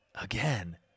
Again